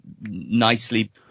nicely